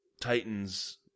titans